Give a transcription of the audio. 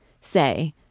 say